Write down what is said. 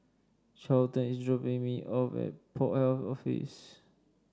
Charlton is dropping me off at Port Health Office